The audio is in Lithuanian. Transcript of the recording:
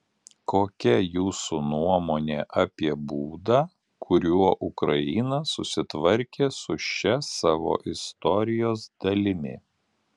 kokia jūsų nuomonė apie būdą kuriuo ukraina susitvarkė su šia savo istorijos dalimi